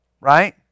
Right